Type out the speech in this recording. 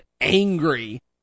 angry